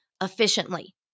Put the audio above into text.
efficiently